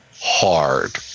hard